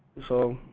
so